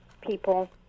people